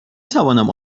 توانم